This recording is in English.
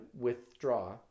withdraw